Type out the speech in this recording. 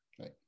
Right